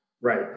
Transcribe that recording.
right